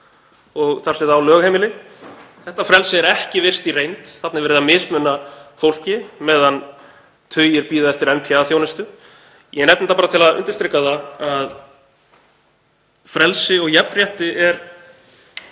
og þar sem það á lögheimili. Það frelsi er ekki virt í reynd. Þar er verið að mismuna fólki meðan tugir bíða eftir NPA-þjónustu. Ég nefni þetta bara til að undirstrika að frelsi og jafnrétti er